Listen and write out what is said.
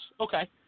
Okay